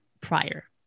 prior